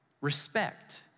Respect